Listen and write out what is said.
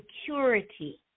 security